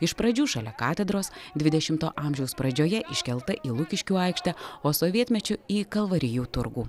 iš pradžių šalia katedros dvidešimto amžiaus pradžioje iškelta į lukiškių aikštę o sovietmečiu į kalvarijų turgų